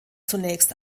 zunächst